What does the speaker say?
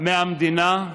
מהמדינה.